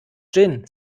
gin